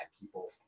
people